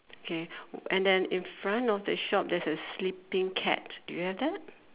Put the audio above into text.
K and then in front of the shop there's a sleeping cat do you have that